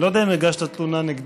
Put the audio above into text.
אני לא יודע אם הגשת תלונה נגדי,